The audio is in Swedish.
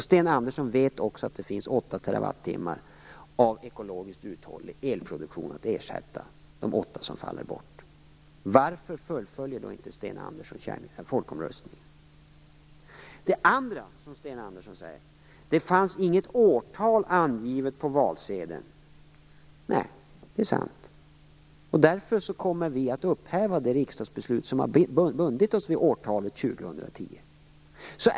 Sten Andersson vet också att det finns 8 TWh ekologiskt uthållig elproduktion att ersätta de 8 som faller bort med. Varför fullföljer då inte Sten Andersson folkomröstningen? Det andra som Sten Andersson säger är att det inte fanns något årtal angivet på valsedeln. Nej, det är sant. Därför kommer vi att upphäva det riksdagsbeslut som har bundit oss vid årtalet 2010.